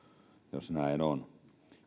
jos näin on